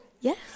Yes